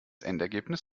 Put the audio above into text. endergebnis